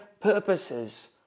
purposes